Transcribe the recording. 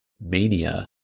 mania